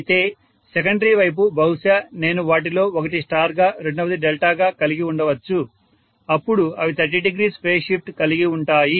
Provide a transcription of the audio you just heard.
అయితే సెకండరీ వైపు బహుశా నేను వాటిలో ఒకటి స్టార్ గా రెండవది డెల్టాగా కలిగి ఉండవచ్చు అప్పుడు అవి 300 ఫేజ్ షిఫ్ట్ కలిగి ఉంటాయి